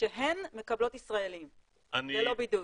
שהן מקבלות ישראלים ללא בידוד.